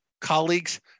colleagues